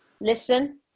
Listen